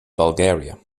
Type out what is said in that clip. bulgaria